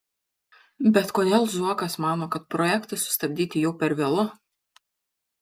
bet kodėl zuokas mano kad projektą sustabdyti jau per vėlu